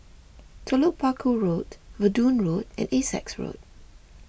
Telok Paku Road Verdun Road and Essex Road